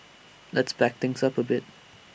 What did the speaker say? let's back things up A bit